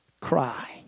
cry